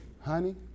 Honey